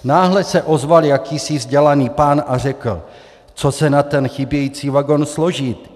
Náhle se ozval jakýsi vzdělaný pán a řekl co se na ten chybějící vagon složit?